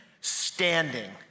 standing